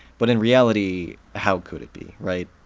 but in reality, how could it be, right?